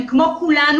הם כמו כולנו,